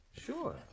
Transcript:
Sure